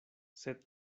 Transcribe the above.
sed